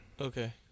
Okay